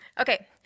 Okay